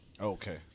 Okay